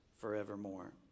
forevermore